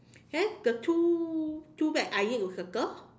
!huh! the two two bag I need to circle